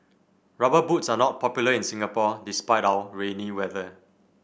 rubber boots are not popular in Singapore despite our rainy weather